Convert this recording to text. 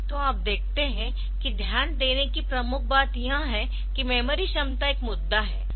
तो आप देखते है कि ध्यान देने की प्रमुख बात यह है कि मेमोरी क्षमता एक मुद्दा है